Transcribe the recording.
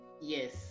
Yes